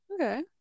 Okay